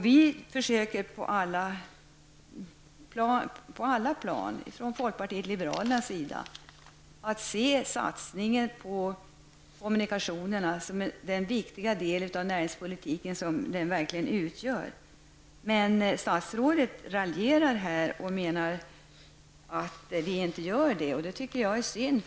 Vi försöker på alla plan ifrån folkpartiet liberalernas sida att se satsningen på kommunikationerna som den viktiga del av näringspolitiken som den verkligen utgör. Men statsrådet raljerar och menar att vi inte gör det. Det tycker jag är synd.